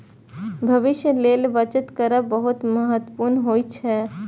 भविष्यक लेल बचत करब बहुत महत्वपूर्ण होइ छै